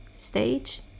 stage